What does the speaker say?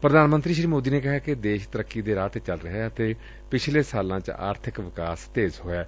ਪ੍ਰਧਾਨ ਮੰਤਰੀ ਸ੍ਰੀ ਮੋਦੀ ਨੂੰ ਕਿਹਾ ਕਿ ਦੇਸ਼ ਤਰੱਕੀ ਦੇ ਰਾਹ ਤੇ ਚੱਲ ਰਿਹੈ ਅਤੇ ਪਿਛਲੇ ਸਾਲਾ ਚ ਆਰਥਿਕ ਵਿਕਾਸ ਤੇਜ਼ ਹੋਇਐ